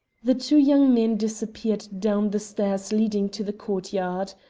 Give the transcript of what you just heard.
the two young men disappeared down the stairs leading to the courtyard.